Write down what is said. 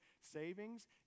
savings